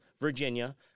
Virginia